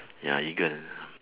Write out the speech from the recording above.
ya eagle